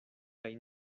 kaj